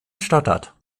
stottert